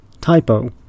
typo